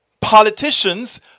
politicians